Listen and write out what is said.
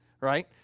right